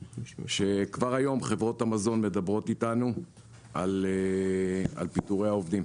שכבר היום חברות המזון מדברות איתנו על פיטורי העובדים.